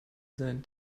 sein